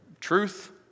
truth